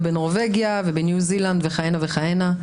בנורבגיה ובניו זילנד וכהנה וכהנה.